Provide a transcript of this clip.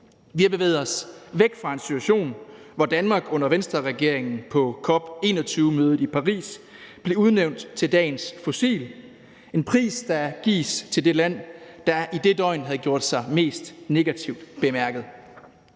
Vi har bevæget os væk fra en situation, hvor Danmark under Venstreregeringen på COP21-mødet i Paris blev udnævnt til dagens fossil, en pris, der gives til det land, der i det døgn havde gjort sig mest negativt bemærket.